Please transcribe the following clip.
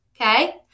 okay